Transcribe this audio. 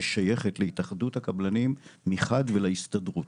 ששייכת להתאחדות הקבלנים מחד ולהסתדרות,